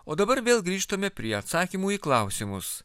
o dabar vėl grįžtame prie atsakymų į klausimus